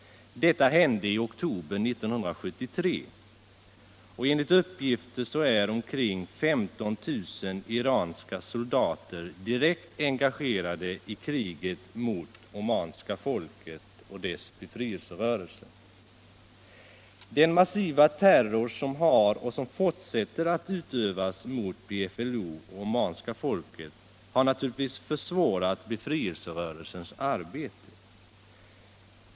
Detta hände i oktober 1973. Enligt uppgifter är omkring 15 000 iranska soldater direkt engagerade i kriget mot omanska folket och dess befrielserörelse. Den massiva terror som har utövats och som fortsätter att utövas mot PFLO och det omanska folket har naturligtvis försvårat befrielserörelsens arbete.